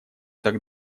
так